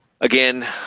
Again